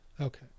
Okay